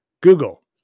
Google